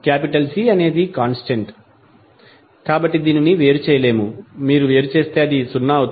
C అనేది constant కాబట్టి దీనిని వేరు చేయలేము మీరు వేరు చేస్తే అది సున్నా అవుతుంది